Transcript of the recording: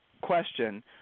question